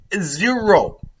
Zero